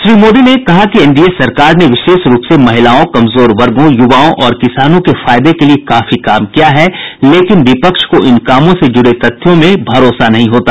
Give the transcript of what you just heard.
श्री मोदी ने कहा कि एनडीए सरकार ने विशेष रूप से महिलाओं कमजोर वर्गों युवाओं और किसानों के फायदे के लिये काफी काम किया है लेकिन विपक्ष को इन कामों से जुड़े तथ्यों में विश्वास नहीं होता